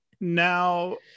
Now